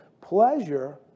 pleasure